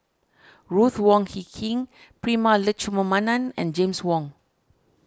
Ruth Wong Hie King Prema Letchumanan and James Wong